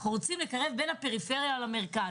אנחנו רוצים לקרב בין הפריפריה למרכז.